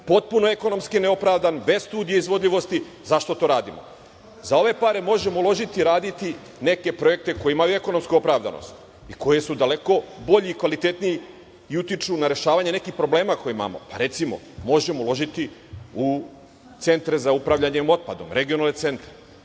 Potpuno ekonomski neopravdan, bez studije izvodljivosti, zašto to radimo? Za ove pare možemo uložiti, raditi neke projekte koje imaju ekonomsku opravdanost i koje su daleko bolji i kvalitetniji i utiču na rešavanje nekih problema koje imamo. Pa, recimo, možemo uložiti u centre za upravljanje otpadom, regionalne centre,